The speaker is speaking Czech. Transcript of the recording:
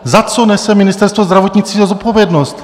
Za co nese Ministerstvo zdravotnictví zodpovědnost?